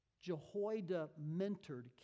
Jehoiada-mentored